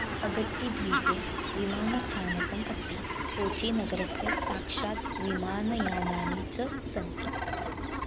अगट्टिद्वीपे विमानस्थानकम् अस्ति कोचीनगरस्य साक्षात् विमानयानानि च सन्ति